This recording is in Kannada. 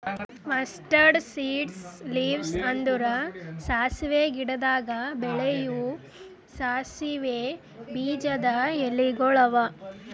ಮಸ್ಟರಡ್ ಸೀಡ್ಸ್ ಲೀವ್ಸ್ ಅಂದುರ್ ಸಾಸಿವೆ ಗಿಡದಾಗ್ ಬೆಳೆವು ಸಾಸಿವೆ ಬೀಜದ ಎಲಿಗೊಳ್ ಅವಾ